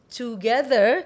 together